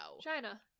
China